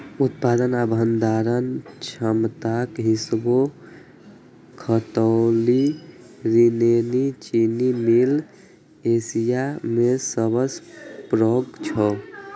उत्पादन आ भंडारण क्षमताक हिसाबें खतौली त्रिवेणी चीनी मिल एशिया मे सबसं पैघ छै